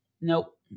Nope